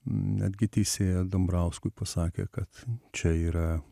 netgi teisėja dambrauskui pasakė kad čia yra